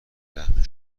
رحمین